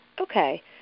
Okay